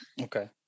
Okay